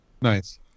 Nice